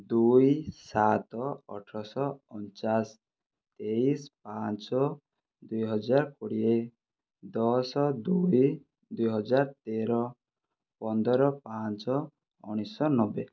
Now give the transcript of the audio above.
ଦୁଇ ସାତ ଅଠରଶ ଅଣଚାଶ ତେଇଶ ପାଞ୍ଚ ଦୁଇହଜାର କୋଡ଼ିଏ ଦଶ ଦୁଇ ଦୁଇ ହଜାର ତେର ପନ୍ଦର ପାଞ୍ଚ ଉଣେଇଶ ନବେ